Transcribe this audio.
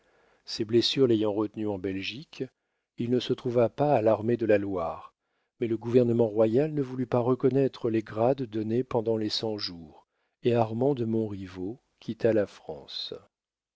ses blessures l'ayant retenu en belgique il ne se trouva pas à l'armée de la loire mais le gouvernement royal ne voulut pas reconnaître les grades donnés pendant les cent-jours et armand de montriveau quitta la france